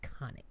iconic